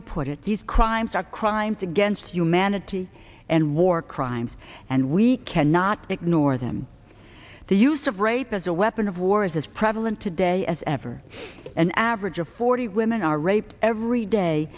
to put it these crimes are crimes against humanity and war crimes and we cannot ignore them the use of rape as a weapon of war is as prevalent today as ever an average of forty women are raped every day